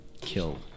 Kill